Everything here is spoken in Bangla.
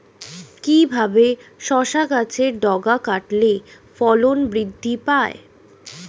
কিভাবে শসা গাছের ডগা কাটলে ফলন বৃদ্ধি পায়?